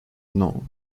known